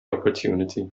opportunity